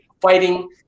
fighting